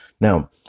Now